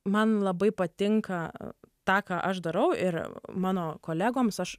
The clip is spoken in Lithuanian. man labai patinka tą ką aš darau ir mano kolegoms aš